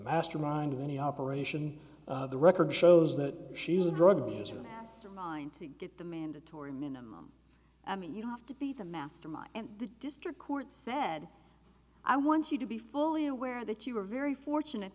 mastermind of any operation the record shows that she was a drug abuser mastermind to get the mandatory minimum i mean you don't have to be the mastermind and the district court said i want you to be fully aware that you were very fortunate